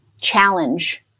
challenge